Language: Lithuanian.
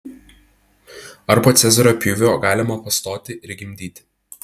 ar po cezario pjūvio galima pastoti ir gimdyti